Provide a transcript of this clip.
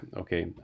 okay